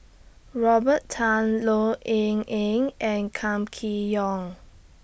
Robert Tan Low Yen Ling and Kam Kee Yong